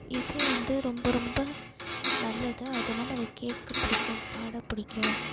இசை வந்து ரொம்ப ரொம்ப நல்லது அதுவும் இல்லாமல் அதை கேட்க பிடிக்கும் பாட பிடிக்கும்